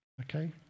Okay